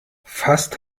fast